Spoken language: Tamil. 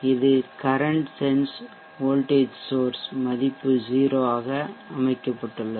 இது கரன்ட் சென்ஸ் வோல்டேஜ் சோர்ஷ் மதிப்பு 0 ஆக அமைக்கப்பட்டுள்ளது